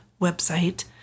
website